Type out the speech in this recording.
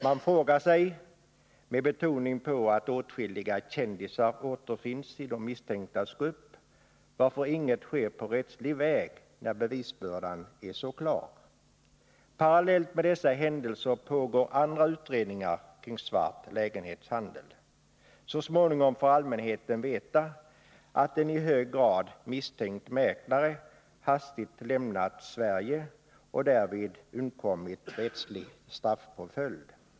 Man frågar sig — med betoning på att åtskilliga kändisar återfinns i de misstänktas grupp — varför inget sker på rättslig väg, när bevisen är så klara. Parallellt med dessa händelser pågår andra utredningar kring svart lägenhetshandel. Så småningom får allmänheten veta att en i hög grad misstänkt mäklare hastigt lämnat Sverige och därvid undkommit rättslig straffpåföljd.